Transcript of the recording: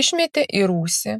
išmetė į rūsį